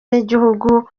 n’igihugu